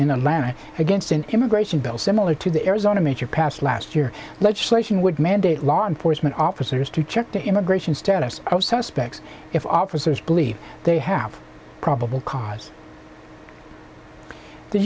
in atlanta against an immigration bill similar to the arizona major passed last year legislation would mandate law enforcement officers to check the immigration status of suspects if officers believe they have probable cause the